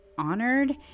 honored